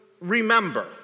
remember